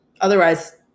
Otherwise